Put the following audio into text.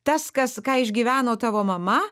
tas kas ką išgyveno tavo mama